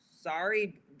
sorry